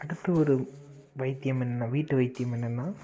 அடுத்து ஒரு வைத்தியம் என்ன வீட்டு வைத்தியம் என்னென்னா